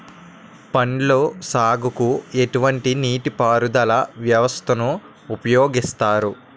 పండ్ల సాగుకు ఎటువంటి నీటి పారుదల వ్యవస్థను ఉపయోగిస్తారు?